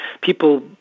people